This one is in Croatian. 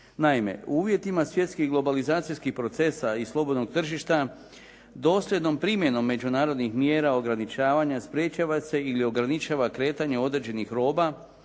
Naime, u uvjetima svjetskih globalizacijskih procesa i slobodnog tržišta dosljednom primjenom međunarodnih mjera ograničavanja sprječava se ili ograničava kretanje određenih roba,